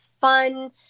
fun